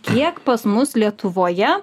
kiek pas mus lietuvoje